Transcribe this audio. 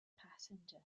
passengers